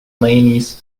mayonnaise